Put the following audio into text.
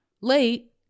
late